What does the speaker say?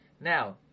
Now